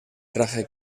traje